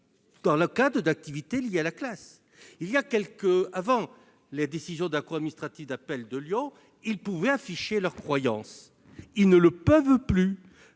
dans le cadre d'activités liées à la classe. Avant la décision de la cour administrative d'appel de Lyon, ceux-ci pouvaient afficher leur croyance. Ils ne le peuvent plus